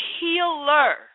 healer